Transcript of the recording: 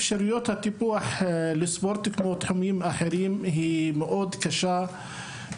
אפשרויות הטיפוח לספורט כמו תחומים אחרים היא מאוד קשה.